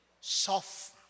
Soft